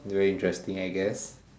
very interesting I guess